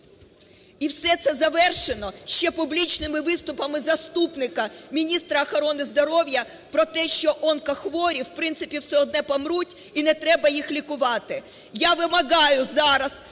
І все це завершено ще публічними виступами заступника міністра охорони здоров'я про те, що онкохворі, в принципі, все одно помруть і не треба їх лікувати. Я вимагаю зараз,